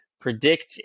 predict